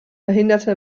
behinderte